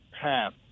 half